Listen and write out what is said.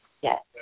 Yes